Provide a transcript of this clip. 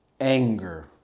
anger